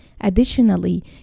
Additionally